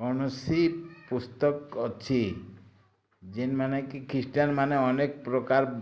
କୌଣସି ପୁସ୍ତକ ଅଛି ଯେଉଁମାନେ କି ଖ୍ରୀଷ୍ଟିୟାନ ମାନେ ଅନେକ ପ୍ରକାର